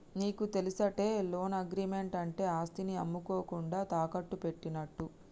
నీకు తెలుసటే, loan agreement అంటే ఆస్తిని అమ్మకుండా తాకట్టు పెట్టినట్టు